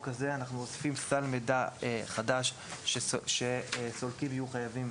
הזה אנחנו אוספים סל מידע חדש שסולקים יהיו חייבים